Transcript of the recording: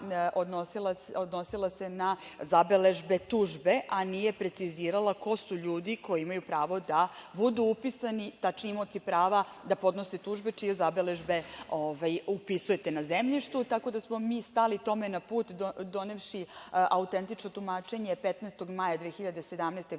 odnosila se na zabeležbe tužbe, a nije precizirala ko su ljudi koji imaju pravo da budu upisani, tačnije imaoci prava da podnose tužbe čije zabeležbe upisujete na zemljištu. Mi smo tome stali na put donevši autentično tumačenje 15. maja 2017. godine,